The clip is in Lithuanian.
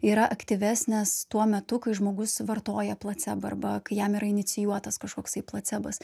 yra aktyvesnės tuo metu kai žmogus vartoja placebą arba kai jam yra inicijuotas kažkoksai placebas